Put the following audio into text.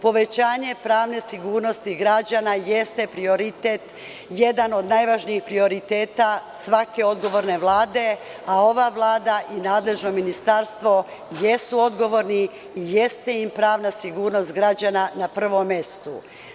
Povećanje pravne sigurnosti građana jeste prioritet, jedan od najvažnijih prioriteta svake odgovorne vlade, a ova Vlada i nadležno ministarstvo jesu odgovorni i jeste im pravna sigurnost građana na prvom mestu.